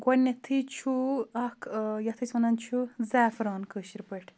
گۄڈنیٚتھٕے چھُ اَکھ یَتھ أسۍ وَنان چھِ زعفران کٲشِر پٲٹھۍ